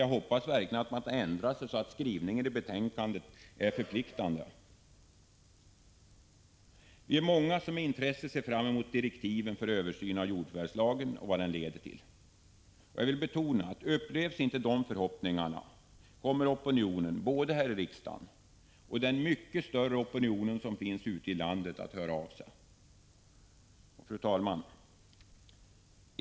Jag hoppas verkligen att de ändrat sig så att skrivningen i betänkandet är förpliktande. Vi är många som med intresse ser fram mot direktiven för en översyn av jordförvärvslagen och vad den skall leda till. Jag vill betona, att om inte förhoppningarna uppfylls, kommer opinionen både här i riksdagen och den mycket större opinion som finns ute i landet att låta höra av sig. Fru talman!